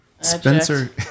Spencer